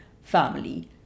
family